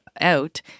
out